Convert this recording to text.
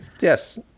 yes